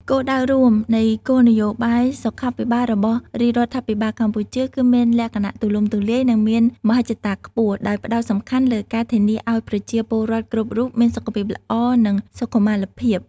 គោលដៅរួមនៃគោលនយោបាយសុខាភិបាលរបស់រាជរដ្ឋាភិបាលកម្ពុជា គឺមានលក្ខណៈទូលំទូលាយ និងមានមហិច្ឆតាខ្ពស់ ដោយផ្តោតសំខាន់លើការធានាឱ្យប្រជាពលរដ្ឋគ្រប់រូបមានសុខភាពល្អ និងសុខុមាលភាព។